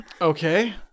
Okay